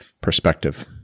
perspective